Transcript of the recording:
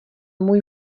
můj